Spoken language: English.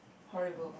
horrible